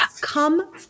come